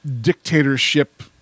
dictatorship